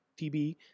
TB